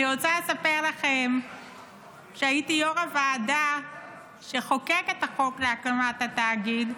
אני רוצה לספר לכם שהייתי יו"ר הוועדה שחוקקה את החוק להקמת התאגיד,